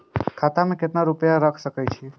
खाता में केतना रूपया रैख सके छी?